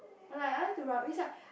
like I like to rub it's like